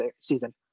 season